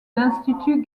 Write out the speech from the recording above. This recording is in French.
l’institut